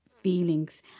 feelings